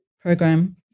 program